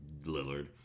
Lillard